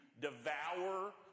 devour